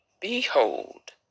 behold